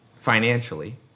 financially